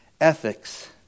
ethics